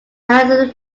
another